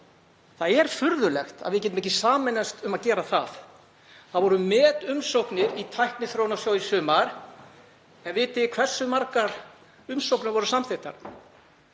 Það er furðulegt að við getum ekki sameinast um að gera það. Það voru metfjöldi umsókna í Tækniþróunarsjóð í sumar, en vitið þið hversu margar umsóknir voru samþykktar?